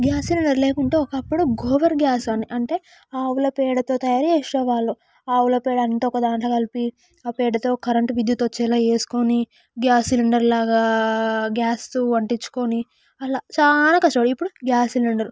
gas cylinder లేకుంటే ఒకప్పుడు gobar gas అని అంటే ఆవుల పేడతో తయారు చేసే వాళ్ళు ఆవుల పేడ అంతా ఒక దాంట్లో కలిపి ఆ పేడతో కరెంటు విద్యుత్ వచ్చేలా చేసుకుని గ్యాస్ సిలిండర్లాగా గ్యాస్ అంటించుకుని వాళ్ళు చాలా కష్టపడే వాళ్ళు ఇప్పుడు గ్యాస్ సిలిండర్